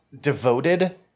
devoted